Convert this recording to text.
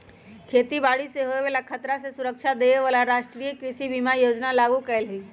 खेती बाड़ी से होय बला खतरा से सुरक्षा देबे लागी राष्ट्रीय कृषि बीमा योजना लागू कएले हइ